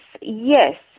yes